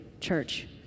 church